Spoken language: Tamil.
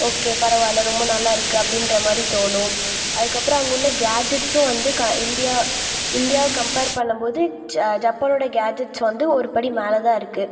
ஒகே பரவாயில்ல ரொம்ப நல்லாயிருக்கு அப்படின்ற மாதிரி தோணும் அதுக்கப்புறம் அங்கே உள்ள கேட்ஜெட்ஸ்ஸும் வந்து க இந்தியா இந்தியாவை கம்பேர் பண்ணும்போது ஜ ஜப்பான்னோடய கேட்ஜெட்ஸ் வந்து ஒரு படி மேலேதான் இருக்குது